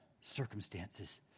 circumstances